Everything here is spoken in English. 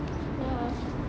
ya